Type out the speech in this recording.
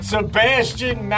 Sebastian